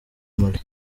mali